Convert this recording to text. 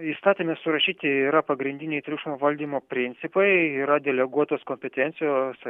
įstatyme surašyti yra pagrindiniai triukšmo valdymo principai yra deleguotos kompetencijos